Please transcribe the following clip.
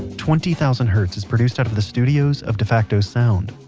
twenty thousand hertz is produced out of the studios of defacto sound.